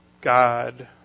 God